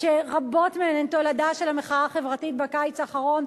שרבות מהן הן תולדה של המחאה החברתית בקיץ האחרון.